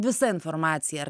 visa informacija ar